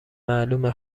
معلومه